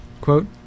Quote